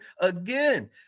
again